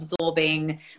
absorbing